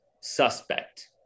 Suspect